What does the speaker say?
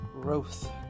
growth